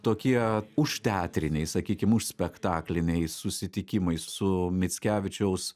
tokie užteatriniai sakykim užspektakliniai susitikimai su mickevičiaus